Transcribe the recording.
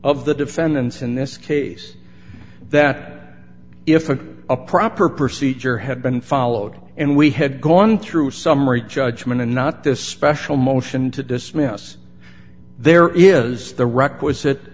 of the defendants in this case that if a a proper procedure had been followed and we had gone through summary judgment and not this special motion to dismiss there is the requisite